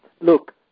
look